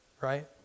right